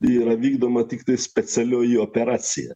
yra vykdoma tiktai specialioji operacija